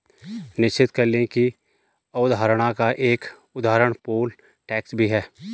निश्चित कर की अवधारणा का एक उदाहरण पोल टैक्स भी है